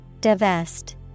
divest